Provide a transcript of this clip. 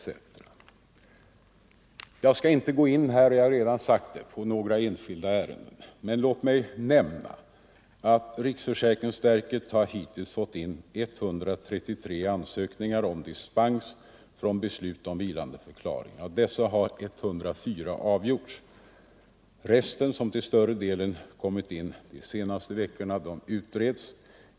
Som jag redan förklarat skall jag inte här gå in på enskilda ärenden, men låt mig ändå nämna att riksförsäkringsverket hittills har fått in 133 ansökningar om dispens från beslutet om vilandeförklaring. Av dessa har 104 ansökningar avgjorts. Resten, som till större delen har kommit in de senaste veckorna, håller på att utredas.